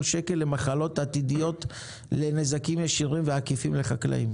שקל למחלות עתידיות לנזקים ישירים ועקיפים לחקלאים.